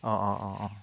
অঁ অঁ অঁ অঁ